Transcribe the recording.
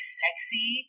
sexy